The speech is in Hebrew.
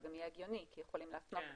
זה גם הגיוני, הם יכולים להפנות אותם.